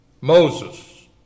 Moses